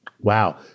Wow